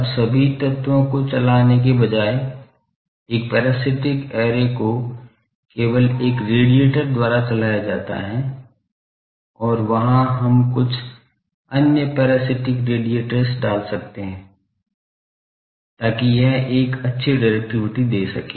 अब सभी तत्वों को चलाने के बजाय एक पैरासिटिक ऐरे को केवल एक रेडिएटर द्वारा चलाया जाता है और वहां हम कुछ अन्य पैरासिटिक रेडिएटर्स डाल सकते हैं ताकि यह एक अच्छी डिरेक्टिविटी दे सके